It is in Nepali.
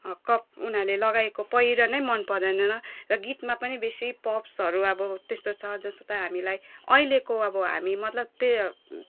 कप उनीहरूले लगाएको पहिरनै मनपरेन न र गीतमा पनि बेसी पप्सहरू अब त्यस्तो छ जस्तो चाहिँ हामीलाई अहिलेको अब हामी अब मतलब त्यही